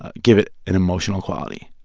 ah give it an emotional quality.